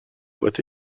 doit